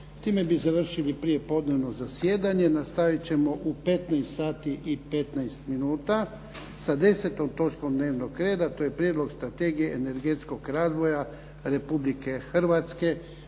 Time bi završili prijepodnevno zasjedanje. Nastavit ćemo u 15 sati i 15 minuta sa 10. točkom dnevnog reda a to je Prijedlog strategije energetskog razvoja Republike Hrvatske.